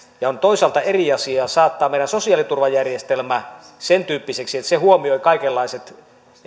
ja on toisaalta eri asia saattaa meidän sosiaaliturvajärjestelmä sen tyyppiseksi että se huomioi kaikenlaiset